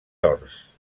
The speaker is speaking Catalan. horts